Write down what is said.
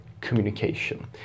communication